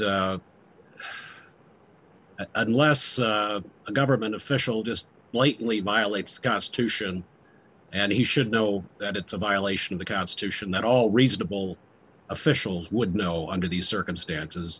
unless a government official just lightly violates the constitution and he should know that it's a violation of the constitution that all reasonable officials would know under these circumstances